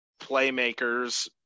playmakers